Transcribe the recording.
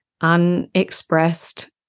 unexpressed